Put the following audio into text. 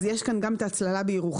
אז יש כאן גם את הצללה בירוחם,